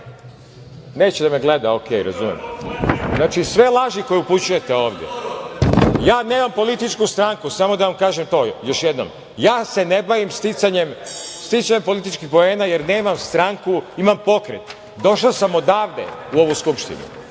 Neće da me gleda, u redu, razumem. Znači, sve laži koje upućujete ovde. Ja nemam političku stranku, samo da vam kažem to još jednom. Ja se ne bavim sticanjem političkih poena jer nemam stranku, imam pokret, došao sam odavde u ovu Skupštinu,